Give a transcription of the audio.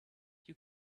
you